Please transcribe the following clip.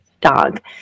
dog